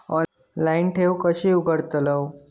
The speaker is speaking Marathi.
ऑनलाइन ठेव कशी उघडतलाव?